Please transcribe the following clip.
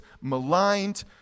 maligned